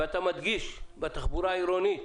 ואתה מדגיש בתחבורה העירונית,